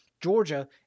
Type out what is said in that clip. Georgia